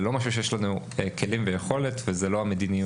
זה לא משהו שיש לנו כלים ויכולת וזה לא המדיניות.